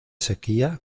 sequía